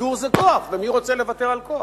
שידור זה כוח, ומי רוצה לוותר על כוח?